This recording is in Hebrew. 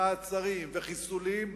מעצרים וחיסולים,